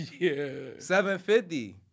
750